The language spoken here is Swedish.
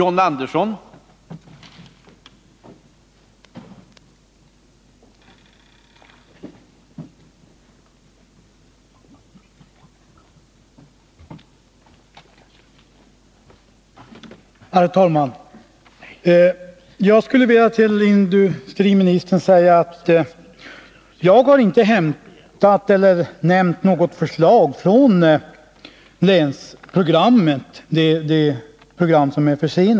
Herr talman! Jag skulle vilja säga till industriministern att jag inte har hämtat något förslag ur det försenade länsprogrammet.